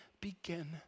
begin